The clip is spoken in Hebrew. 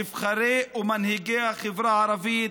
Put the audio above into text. נבחרי ומנהיגי החברה הערבית.